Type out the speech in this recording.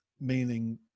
meaning